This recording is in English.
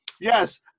Yes